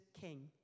king